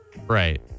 Right